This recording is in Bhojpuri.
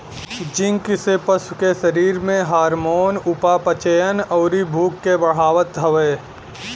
जिंक से पशु के शरीर में हार्मोन, उपापचयन, अउरी भूख के बढ़ावत हवे